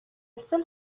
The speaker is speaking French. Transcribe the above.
seule